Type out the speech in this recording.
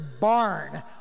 barn